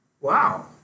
Wow